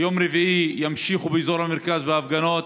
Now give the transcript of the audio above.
ביום רביעי ימשיכו באזור המרכז בהפגנות.